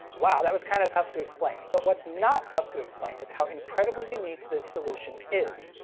wow, that was kind of tough to explain. but what's not tough to explain is how incredibly unique this solution is.